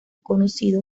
conocido